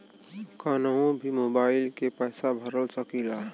कन्हू भी मोबाइल के पैसा भरा सकीला?